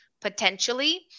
potentially